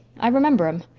i remember em.